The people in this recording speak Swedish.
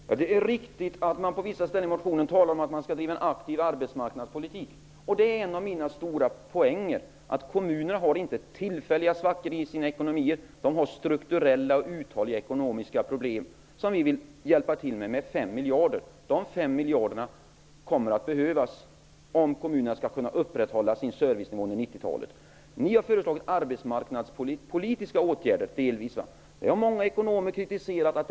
Herr talman! Det är riktigt att man på vissa ställen i motionen talar om att man skall driva en aktiv arbetsmarknadspolitik. Det är en av mina stora poänger att kommunerna inte har tillfälliga svackor i sin ekonomi. De har strukturella och uthålliga ekonomiska problem som vi genom att tillskjuta 5 miljarder kronor vill hjälpa till att lösa. De 5 miljarderna kommer att behövas om kommunerna skall kunna upprätthålla sin servicenivå under 90 Ni har delvis föreslagit arbetsmarknadspolitiska åtgärder. Det har många ekonomer kritiserat.